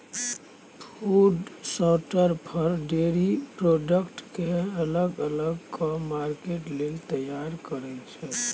food शार्टर फर, dairy product केँ अलग अलग कए मार्केट लेल तैयार करय छै